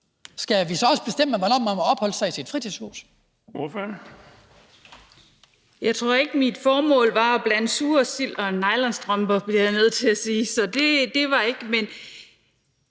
Skal vi så også bestemme, hvornår man må opholde sig i sit fritidshus?